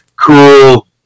cool